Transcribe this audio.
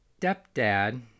stepdad